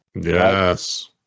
Yes